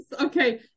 Okay